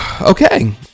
Okay